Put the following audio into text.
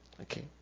Okay